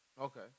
Okay